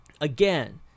again